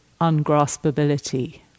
ungraspability